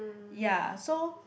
ya so